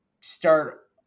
start